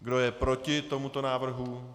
Kdo je proti tomuto návrhu?